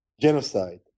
genocide